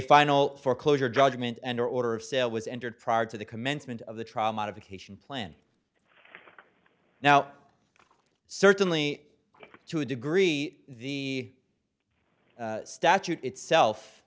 final foreclosure judgment and order of sale was entered prior to the commencement of the trial modification plan now certainly to a degree the statute itself